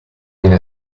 viene